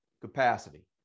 capacity